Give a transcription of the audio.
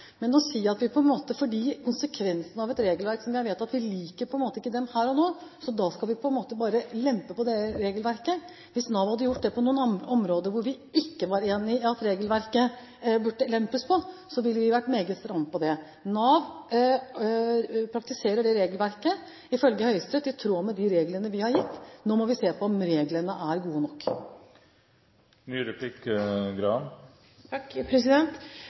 Men vi kan ikke si at fordi konsekvensene av et regelverk er noe som vi på en måte ikke liker her og nå, så skal vi lempe på det. Hvis Nav hadde gjort dette på noen områder hvor vi ikke var enig i at regelverket burde lempes på, ville vi vært meget stramme når det gjaldt det. Nav praktiserer dette regelverket, ifølge Høyesterett, i tråd med de reglene vi har gitt. Nå må vi se på om reglene er gode nok.